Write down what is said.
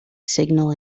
signal